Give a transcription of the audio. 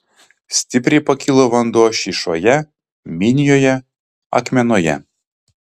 stipriai pakilo vanduo šyšoje minijoje akmenoje